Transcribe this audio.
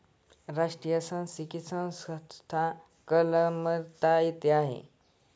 राष्ट्रीय सांख्यिकी संस्था कलकत्ता येथे आहे